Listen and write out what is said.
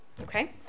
Okay